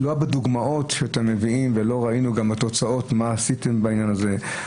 בדוגמאות שאתם מביאים לא ראינו בתוצאות מה עשיתם בעניין הזה.